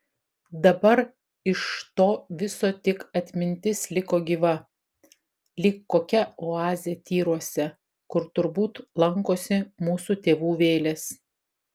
dabar iš to viso tik atmintis liko gyva lyg kokia oazė tyruose kur turbūt lankosi mūsų tėvų vėlės